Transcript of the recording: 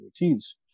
routines